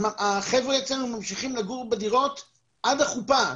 החבר'ה אצלנו ממשיכים לגור בדירות עד החופה,